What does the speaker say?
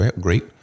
great